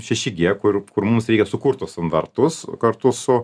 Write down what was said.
šeši gie kur kur mums reikia sukurt tuos standartus kartu su